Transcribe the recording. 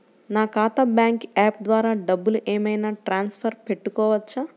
నా ఖాతా bank app ద్వారా డబ్బులు ఏమైనా ట్రాన్స్ఫర్ పెట్టుకోవచ్చా?